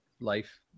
Life